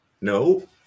No